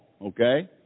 okay